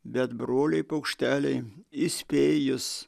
bet broliai paukšteliai įspėju jus